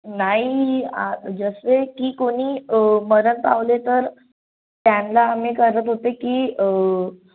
नाही जसे की कुणी मरण पावले तर त्यांला आम्ही करत होतो की